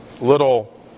little